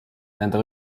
nende